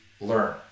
learn